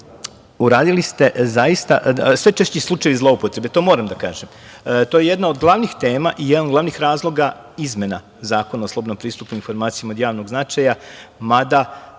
uradili ste, zaista, sve češći je slučaj zloupotrebe, to moram da kažem. To je jedna od glavnih tema i jedan od glavnih razloga izmena Zakona o slobodnom pristupu informacijama od javnog značaja, mada